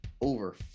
over